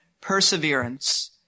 perseverance